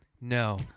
No